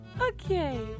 Okay